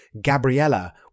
Gabriella